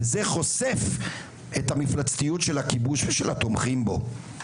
וזה חושף את המפלצתיות של הכיבוש ושל התומכים בו.